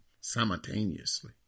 simultaneously